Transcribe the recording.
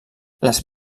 les